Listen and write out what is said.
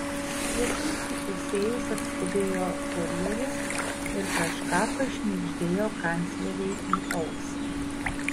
pietums įpusėjus atskubėjo kurjeris ir kažką pašnibždėjo kanclerei į ausį